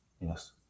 yes